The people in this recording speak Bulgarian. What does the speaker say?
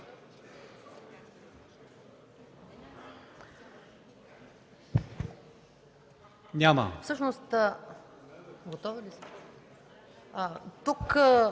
Няма.